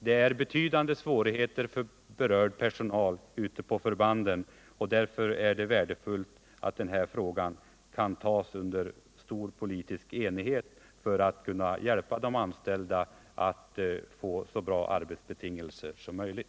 Det är betydande svårigheter för berörd personal ute på förbanden, och därför är det värdefullt att frågan kan tas under stor politisk enighet för att hjälpa de anställda att få så bra arbetsbetingelser som möjligt.